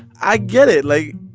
i get it. like,